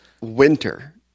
winter